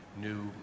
new